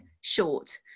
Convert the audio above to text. short